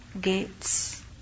gates